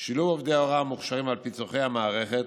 שילוב עובדי הוראה מוכשרים על פי צורכי המערכת,